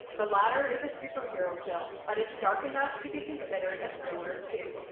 the latter is a superhero film, but it's dark enough to be considered a thriller too.